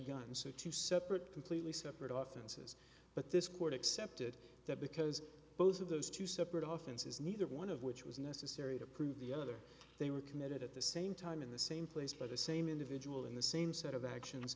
gun so two separate completely separate often says but this court accepted that because both of those two separate often says neither one of which was necessary to prove the other they were committed at the same time in the same place by the same individual in the same set of actions